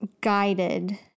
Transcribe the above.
guided